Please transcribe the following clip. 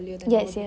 yes yes